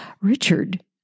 Richard